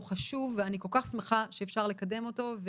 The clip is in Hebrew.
חשוב ואני כל כך שמחה שאפשר לקדם אותו.